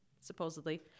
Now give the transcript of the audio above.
supposedly